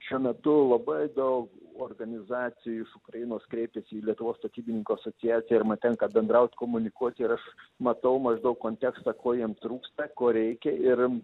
šiuo metu labai daug organizacijų iš ukrainos kreipėsi į lietuvos statybininkų asociaciją ir man tenka bendraut komunikuot ir aš matau maždaug kontekstą ko jiem trūksta ko reikia ir